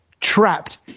trapped